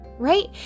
right